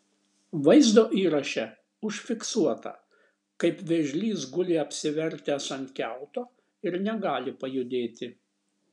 vaizdo įraše užfiksuota kaip vėžlys guli apsivertęs ant kiauto ir negali pajudėti